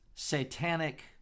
satanic